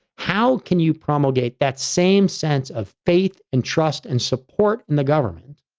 how can you propagate that same sense of faith and trust and support and the government